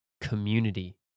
community